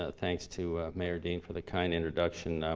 ah thanks to mayor dean for the kind introduction.